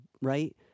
right